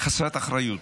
חסרת אחריות.